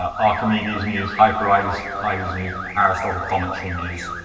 archimedes news, hypereides hypereides news, aristotle commentary news.